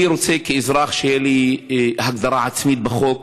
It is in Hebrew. אני רוצה כאזרח שתהיה לי הגדרה עצמית בחוק,